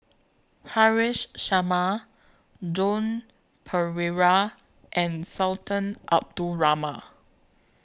Haresh Sharma Joan Pereira and Sultan Abdul Rahman